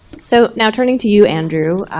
so now turning to you andrew,